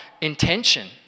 intention